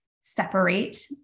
separate